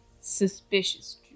suspicious